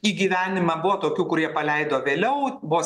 į gyvenimą buvo tokių kurie paleido vėliau buvo